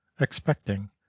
expecting